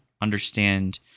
understand